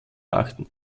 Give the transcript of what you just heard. achten